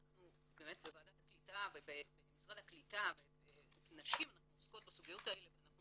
בוועדת הקליטה ובמשרד הקליטה אנחנו עוסקות בסוגיות האלה ואנחנו